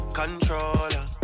controller